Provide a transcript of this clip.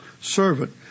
servant